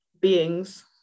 beings